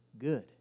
good